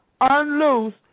unloose